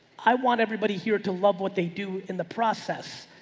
i want everybody here to love what they do in the process,